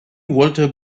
walter